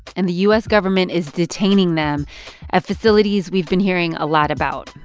and the u s. government is detaining them at facilities we've been hearing a lot about.